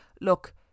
look